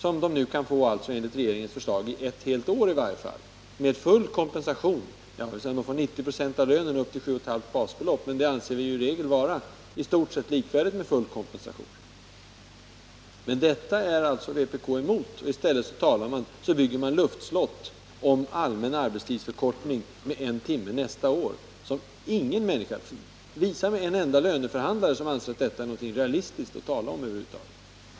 Om regeringens förslag bifalls kan de under ett helt års tid få full kompensation vid en minskning från åtta till sex timmar — eller 90 96 av lönen upp till 7,5 basbelopp, vilket vi i regel anser vara i stort sett likvärdigt med full kompensation. Detta är alltså vpk emot. I stället bygger man luftslott och talar om allmän arbetstidsförkortning med en timme nästa år, något som ingen människa kan tro på. Visa mig en enda löneförhandlare som anser att det är realistiskt att över huvud taget tala om detta!